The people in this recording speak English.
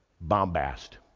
bombast